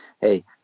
Hey